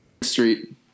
Street